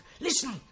listen